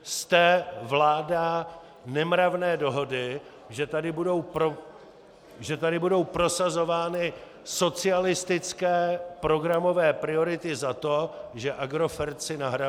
Jste vláda nemravné dohody, že tady budou prosazovány socialistické programové priority za to, že Agrofert si nahrabe.